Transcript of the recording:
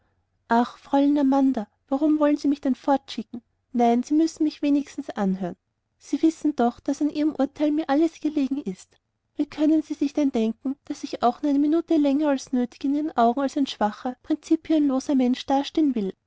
ach fräulein amanda warum wollen sie mich denn fortschicken nein sie müssen mich wenigstens anhören sie wissen doch daß an ihrem urteil mir alles gelegen ist wie können sie sich denn denken daß ich auch nur eine minute länger als nötig in ihren augen als ein schwacher prinzipienloser mensch dastehen will